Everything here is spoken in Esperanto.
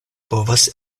povas